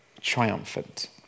triumphant